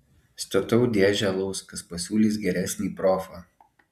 statau dėžę alaus kas pasiūlys geresnį profą